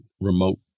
remote